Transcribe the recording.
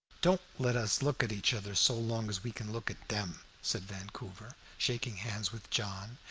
don't let us look at each other so long as we can look at them, said vancouver, shaking hands with john,